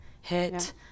hit